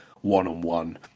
one-on-one